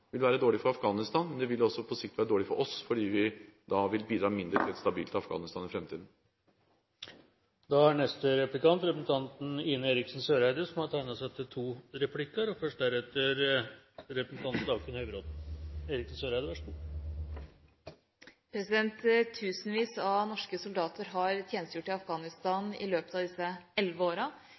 vil være dårlig for Afghanistan, men det vil også på sikt være dårlig for oss, fordi vi da vil bidra mindre til et stabilt Afghanistan i framtiden. Tusenvis av norske soldater har tjenestegjort i Afghanistan i løpet av disse elleve